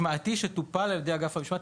משמעתי שטופל על ידי אגף המשמעת.